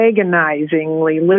agonizingly